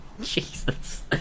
Jesus